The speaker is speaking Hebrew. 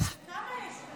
כמה יש כאלה?